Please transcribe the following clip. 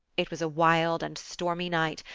it was a wild and stormy night,